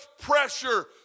pressure